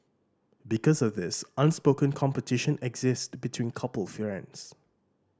because of this unspoken competition exists between couple friends